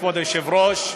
כבוד היושב-ראש,